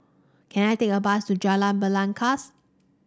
can I take a bus to Jalan Belangkas